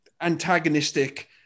antagonistic